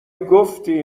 گفتی